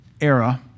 era